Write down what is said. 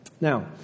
Now